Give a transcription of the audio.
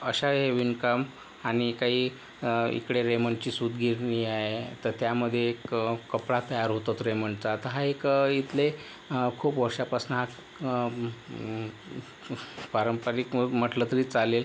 अशा हे विणकाम आणि काही इकडे रेमंडची सूतगिरणी आहे तर त्यामध्ये एक कपडा तयार होतोत रेमंडचा तर हा एक इथले खूप वर्षांपासनं हा पारंपरिक म्हटलं तरी चालेल